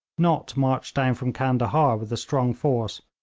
nott marched down from candahar with a strong force,